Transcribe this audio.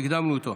הקדמנו אותו.